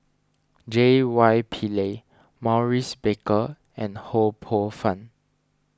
J Y Pillay Maurice Baker and Ho Poh Fun